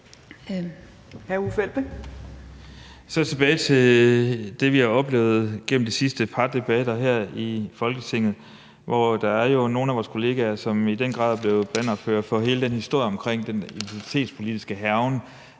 Tilbage til det, vi har oplevet gennem de sidste par debatter her i Folketinget, hvor der jo er nogle af vores kollegaer, som i den grad er blevet bannerførere for hele den historie omkring den identitetspolitiske hærgen